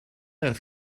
earth